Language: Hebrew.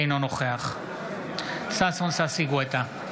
אינו נוכח ששון ששי גואטה,